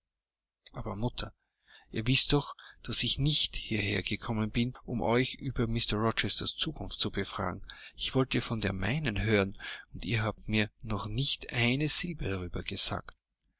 aber mutter ihr wißt doch daß nicht hierher gekommen bin um euch über mr rochesters zukunft zu befragen ich wollte von der meinen hören und ihr habt mir noch nicht eine silbe